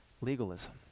legalism